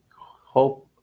hope